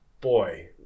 boy